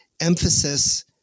emphasis